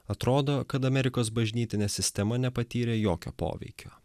atrodo kad amerikos bažnytinė sistema nepatyrė jokio poveikio